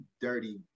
dirty